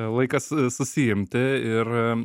laikas susiimti ir